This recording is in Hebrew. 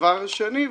דבר שני,